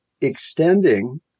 extending